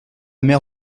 mère